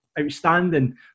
Outstanding